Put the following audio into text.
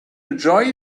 enjoy